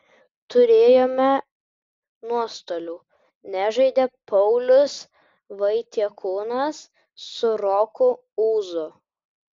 turėjome nuostolių nežaidė paulius vaitiekūnas su roku ūzu